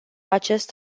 acest